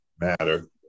matter